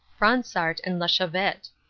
fransart and la chavette.